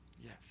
Yes